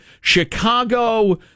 Chicago